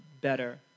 better